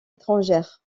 étrangère